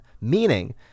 meaning